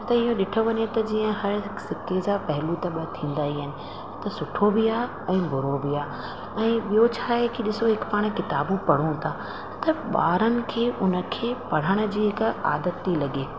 त इहो ॾिठो वञे त जीअं हर सिके जा पहलू त ॿ थींदा ई आहिनि त सुठो बि आहे ऐं बूरो बि आहे ऐं ॿियो छा आहे की हिकु पाण किताबूं पढ़ूं था त ॿारनि खे उन खे पढ़ण जी हिकु आदत थी लॻे